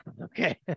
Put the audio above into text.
Okay